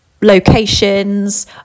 locations